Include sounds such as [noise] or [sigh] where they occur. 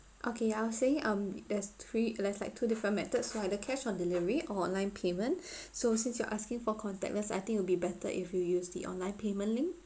okay I was saying um there's three there's like two different methods so either cash on delivery or online payment [breath] so since you're asking for contactless I think it'll be better if you use the online payment link